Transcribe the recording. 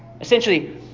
Essentially